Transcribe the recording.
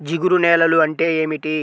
జిగురు నేలలు అంటే ఏమిటీ?